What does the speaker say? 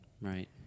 Right